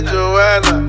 Joanna